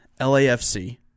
LAFC